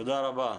תודה רבה.